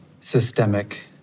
systemic